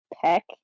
peck